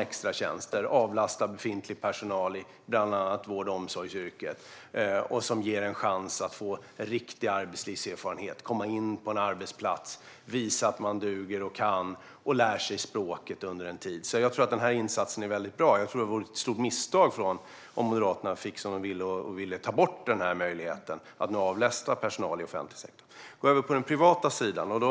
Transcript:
extratjänster och avlastar befintlig personal i bland annat vård och omsorgsyrken. Detta ger en chans att få riktig arbetslivserfarenhet, komma in på en arbetsplats, visa att man duger och lära sig språket under en tid. Jag tror alltså att denna insats är väldigt bra och att det vore ett stort misstag om Moderaterna fick som de ville och tog bort denna möjlighet att avlasta personal i offentlig sektor. Jag går över till den privata sidan.